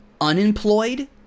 unemployed